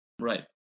Right